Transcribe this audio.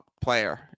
player